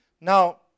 Now